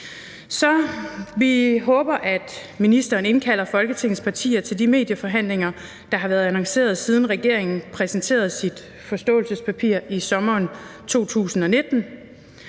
Så vi håber, at ministeren indkalder Folketingets partier til de medieforhandlinger, som har været annonceret, siden regeringen præsenterede sit forståelsespapir i sommeren 2019.